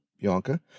Bianca